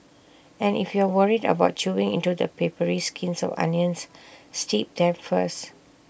and if you are worried about chewing into the papery skins of onions steep them first